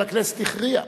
אבל הכנסת הכריעה.